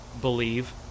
believe